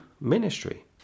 ministry